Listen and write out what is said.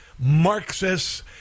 Marxists